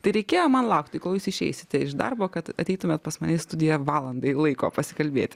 tai reikėjo man laukti kol jūs išeisite iš darbo kad ateitumėt pas mane į studiją valandai laiko pasikalbėti